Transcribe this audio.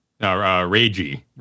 Ragey